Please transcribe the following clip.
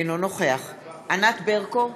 אינו נוכח ענת ברקו,